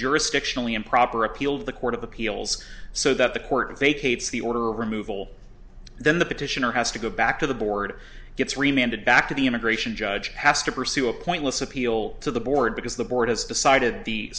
jurisdictionally improper appeal of the court of appeals so that the court vacates the order of removal then the petitioner has to go back to the board gets reminded back to the immigration judge has to pursue a pointless appeal to the board because the board has decided the